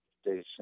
station